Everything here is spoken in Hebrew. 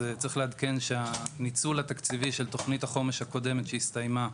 צריך לעדכן שהניצול התקציבי של תוכנית החומש הקודמת שהסתיימה,